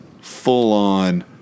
full-on